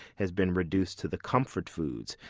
has been reduced to the comfort foods,